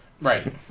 Right